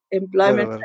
employment